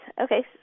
Okay